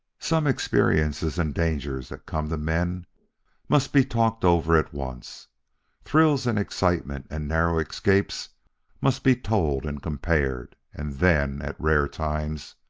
some experiences and dangers that come to men must be talked over at once thrills and excitement and narrow escapes must be told and compared. and then, at rare times,